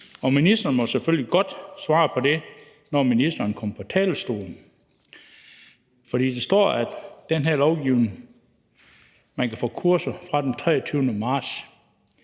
og ministeren må selvfølgelig godt svare på det, når ministeren kommer på talerstolen. For der står i den her lovgivning, at man kan få kurser fra den 23. marts.